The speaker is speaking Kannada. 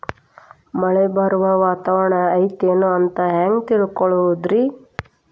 ಮಳೆ ಬರುವ ವಾತಾವರಣ ಐತೇನು ಅಂತ ಹೆಂಗ್ ತಿಳುಕೊಳ್ಳೋದು ರಿ?